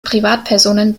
privatpersonen